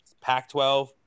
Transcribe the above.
Pac-12